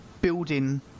building